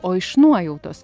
o iš nuojautos